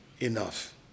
enough